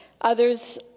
Others